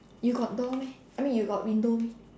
you got door meh I mean you got window meh